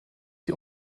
die